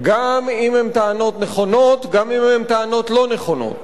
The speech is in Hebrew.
גם אם הן טענות נכונות וגם אם הן טענות לא נכונות.